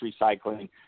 recycling